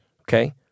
Okay